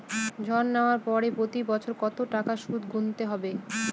ঋণ নেওয়ার পরে প্রতি বছর কত টাকা সুদ গুনতে হবে?